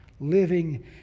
living